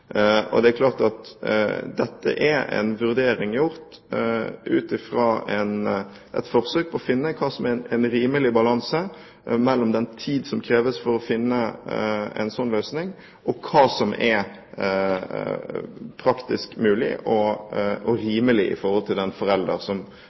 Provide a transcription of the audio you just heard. gjennomføres. Det er klart at dette er en vurdering gjort ut fra et forsøk på å finne hva som er en rimelig balanse mellom den tid som kreves for å finne en slik løsning, og hva som er praktisk mulig og